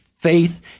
Faith